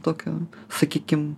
tokią sakykim